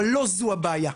אבל לא זו הבעיה.